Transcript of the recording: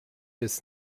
bis